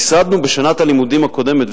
ייסדנו בשנת הלימודים הקודמת,